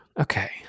Okay